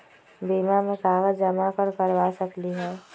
बीमा में कागज जमाकर करवा सकलीहल?